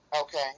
Okay